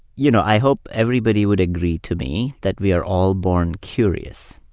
you know, i hope everybody would agree to me that we are all born curious.